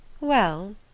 Well